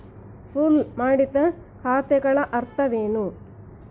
Pool ಮಾಡಿದ ಖಾತೆಗಳ ಅರ್ಥವೇನು?